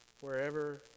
wherever